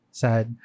sad